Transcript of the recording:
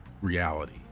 reality